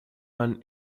man